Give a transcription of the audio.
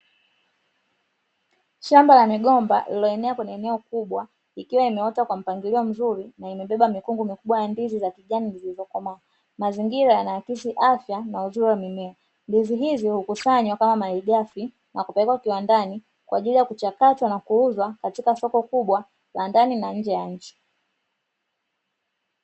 Shamba la migomba lililoenea kwenye eneo kubwa ikiwa imeota kwa mpangilio mzuri na imebeba mikungu mikubwa ya ndizi za kijani zilizokomaa. Mazingira yanaakisi afya na uzuri wa mimea. Ndizi hizi hukusanywa kama malighafi na kupelekwa kiwandani kwa ajili ya kuchakatwa na kuuzwa katika soko kubwa la ndani na nje ya nchi.